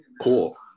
cool